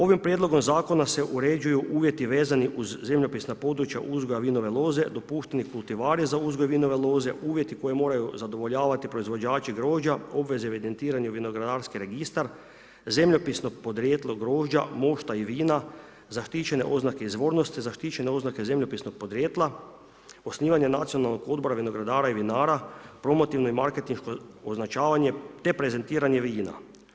Ovim prijedlogom zakona se uređuju uvjeti vezani uz zemljopisna područja uzgoja vinove loze, dopušteni kultivare za uzgoj vinove loze, uvjeti koji moraju zadovoljavati proizvođače grožđa, obveze o evidentiranju vinogradarski registar, zemljopisnog podrijetla grožđa, mošta i vina, zaštićene oznake izvornosti, zaštićene oznake zemljopisnog podrijetla, osnivanje nacionalnog odbora vinogradara i vinara, promotivno i marketinško označavanje te prezentiranje vina.